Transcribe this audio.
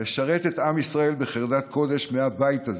ולשרת את עם ישראל בחרדת קודש מהבית הזה,